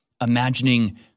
imagining